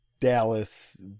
Dallas